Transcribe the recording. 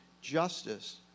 justice